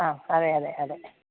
ആ അതേ അതേ അതേ